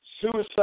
Suicide